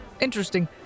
interesting